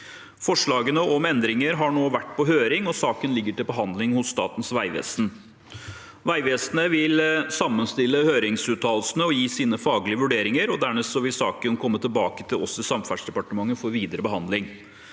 Forslagene om endringer har nå vært på høring, og saken ligger til behandling hos Statens vegvesen. Vegvesenet vil sammenstille høringsuttalelsene og gi sine faglige vurderinger, og dernest vil saken komme tilbake til Samferdselsdepartementet for videre behandling.